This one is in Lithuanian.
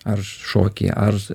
ar šoki ar